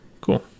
Cool